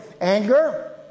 Anger